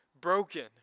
broken